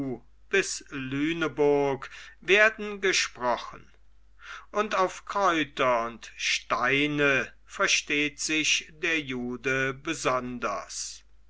lüneburg werden gesprochen und auf kräuter und steine versteht sich der jude besonders